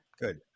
Good